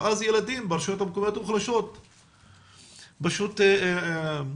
ואז ילדים ברשויות המקומיות המוחלשות פשוט נחשפים